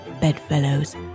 bedfellows